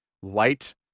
white